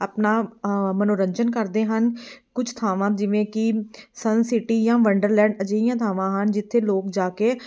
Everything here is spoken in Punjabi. ਆਪਣਾ ਮਨੋਰੰਜਨ ਕਰਦੇ ਹਨ ਕੁਝ ਥਾਵਾਂ ਜਿਵੇਂ ਕਿ ਸਨਸਿਟੀ ਜਾਂ ਵੰਡਰਲੈਂਡ ਅਜਿਹੀਆਂ ਥਾਵਾਂ ਹਨ ਜਿੱਥੇ ਲੋਕ ਜਾ ਕੇ